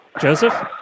Joseph